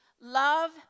Love